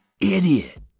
Idiot